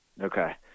Okay